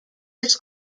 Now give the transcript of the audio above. this